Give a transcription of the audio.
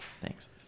Thanks